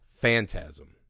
Phantasm